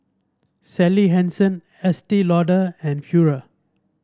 Sally Hansen Estee Lauder and Pura